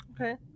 Okay